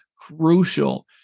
crucial